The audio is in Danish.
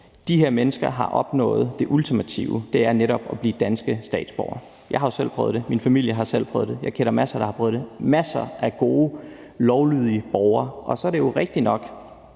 De her mennesker har opnået det ultimative, og det er netop at blive danske statsborgere. Jeg har jo selv prøvet det, og min familie har prøvet det. Jeg kender masser, der har prøvet det – masser af gode, lovlydige borgere. Så er det jo rigtigt nok,